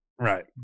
Right